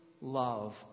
love